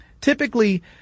Typically